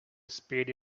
spade